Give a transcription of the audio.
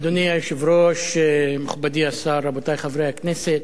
אדוני היושב-ראש, מכובדי השר, מכובדי חברי הכנסת,